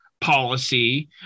policy